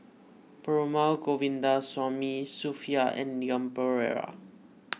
Perumal Govindaswamy Sophia and Leon Perera